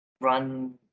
run